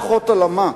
פחות על המה,